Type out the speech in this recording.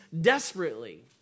desperately